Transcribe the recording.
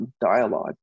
dialogue